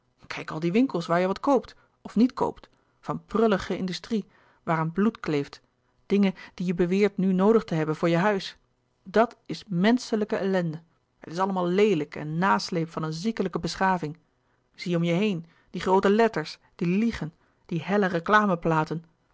kijk al die winkels waar je wat koopt of niet koopt van prullige industrie waaraan bloed kleeft dingen die je beweert nu noodig te hebben voor je huis dat is men schelijke ellende het is allemaal leelijk en nasleep van een ziekelijke beschaving zie om je heen die louis couperus de boeken der kleine zielen groote letters die liegen die helle